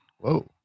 Whoa